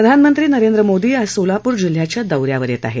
प्रधानमंत्री नरेंद्र मोदी आज सोलापूर जिल्ह्याच्या दौऱ्यावर आहेत